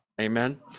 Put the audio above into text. Amen